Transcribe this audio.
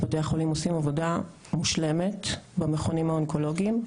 הם עושים עבודה מושלמת במכונים האונקולוגיים,